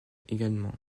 également